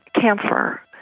camphor